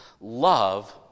love